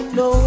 no